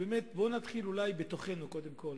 באמת בואו ונתחיל אולי בתוכנו קודם כול,